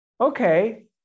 Okay